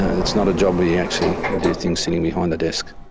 it's not a job where you actually do things sitting behind the desk.